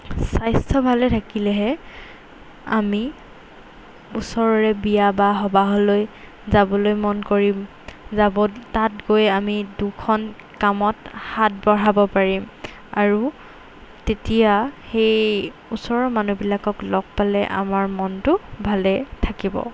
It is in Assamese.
স্বাস্থ্য ভালে থাকিলেহে আমি ওচৰৰে বিয়া বা সবাহলৈ যাবলৈ মন কৰিম যাব তাত গৈ আমি দুখন কামত হাত বঢ়াব পাৰিম আৰু তেতিয়া সেই ওচৰৰ মানুহবিলাকক লগ পালে আমাৰ মনটো ভালে থাকিব